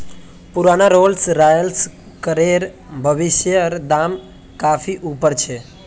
पुराना Rolls Royce कारेर भविष्येर दाम काफी ऊपर छे